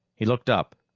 he looked up,